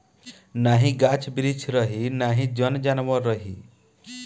नाही गाछ बिरिछ रही नाही जन जानवर रही